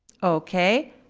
okay,